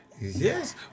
yes